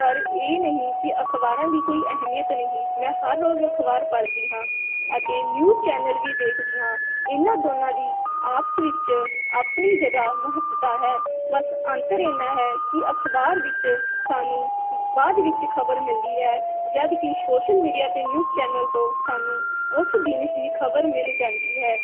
ਪਰ ਇਹ ਨਹੀਂ ਕਿ ਅਖਬਾਰਾਂ ਦੀ ਕੋਈ ਅਹਿਮੀਅਤ ਨਹੀਂ ਮੈਂ ਹਰ ਰੋਜ਼ ਅਖਬਾਰ ਪੜ੍ਹਦੀ ਹਾਂ ਅਤੇ ਨਿਊਜ਼ ਚੈਨਲ ਵੀ ਦੇਖਦੀ ਹਾਂ ਇਹਨਾਂ ਦੋਨਾਂ ਦੀ ਆਪਸ ਵਿੱਚ ਆਪਣੀ ਜਗ੍ਹਾ ਮਹੱਤਤਾ ਹੈ ਬਸ ਅੰਤਰ ਇੰਨਾਂ ਹੈ ਕਿ ਅਖਬਾਰ ਵਿੱਚ ਸਾਨੂੰ ਬਾਅਦ ਵਿੱਚ ਖਬਰ ਮਿਲਦੀ ਹੈ ਜਦ ਕਿ ਸੋਸ਼ਲ ਮੀਡੀਆ ਅਤੇ ਨਿਊਜ਼ ਚੈਨਲ ਤੋਂ ਸਾਨੂੰ ਉਸ ਦਿਨ ਹੀ ਖਬਰ ਮਿਲ ਜਾਂਦੀ ਹੈ